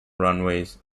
runways